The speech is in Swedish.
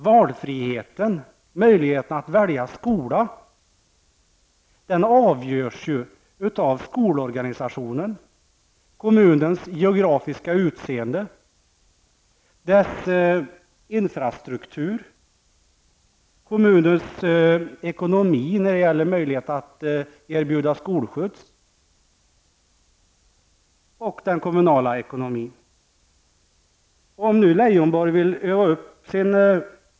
Valfriheten, möjligheterna att välja skola avgörs ju av skolorganisationen, kommunens geografiska utseende, dess infrastruktur, kommunens ekonomi när det gäller möjligheter att erbjuda skolskjuts och den kommunala ekonomin.